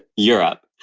europe.